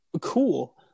cool